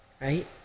right